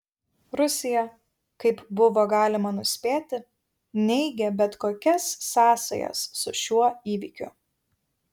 rusija kaip buvo galima nuspėti neigė bet kokias sąsajas su šiuo įvykiu